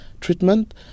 treatment